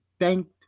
thanked